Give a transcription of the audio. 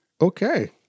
okay